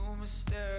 mistakes